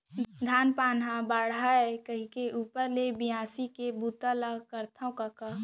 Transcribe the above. धान पान हर बाढ़य कइके ऊपर ले बियासी के बूता ल करथव कका